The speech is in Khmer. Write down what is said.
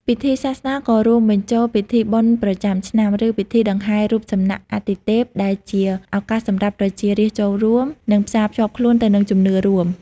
ពិធីសាសនាក៏រួមបញ្ចូលពិធីបុណ្យប្រចាំឆ្នាំ ឬពិធីដង្ហែររូបសំណាកអាទិទេព ដែលជាឱកាសសម្រាប់ប្រជារាស្ត្រចូលរួម និងផ្សារភ្ជាប់ខ្លួនទៅនឹងជំនឿរួម។